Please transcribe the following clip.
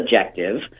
objective